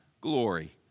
glory